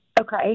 Okay